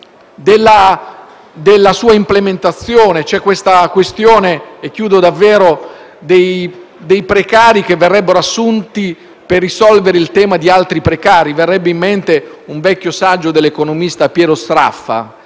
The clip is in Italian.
della sua implementazione. C'è la questione dei precari che verrebbero assunti per risolvere il problema di altri precari. Viene in mente un vecchio saggio dell'economista Piero Sraffa,